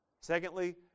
Secondly